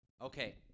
Okay